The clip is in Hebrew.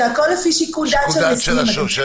זה הכול לפי שיקול דעת של הנשיאים.